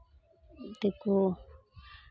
ᱛᱮᱠᱚ